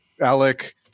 Alec